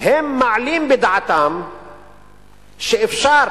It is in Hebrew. הם מעלים בדעתם שאפשר